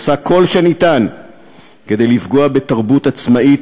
שעושה כל שניתן כדי לפגוע בתרבות עצמאית,